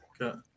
Okay